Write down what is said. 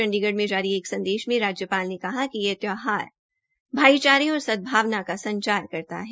चंडीगढ़ मे जारी एक संदेश में राज्यपाल ने कहा कि यह त्यौहार भाईचारे और सदभावना का संचार करता है